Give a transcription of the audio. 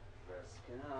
סיון